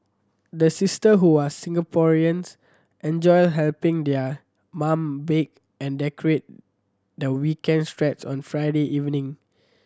the sister who are Singaporeans enjoy helping their mum bake and decorate their weekends treats on Friday evening